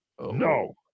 No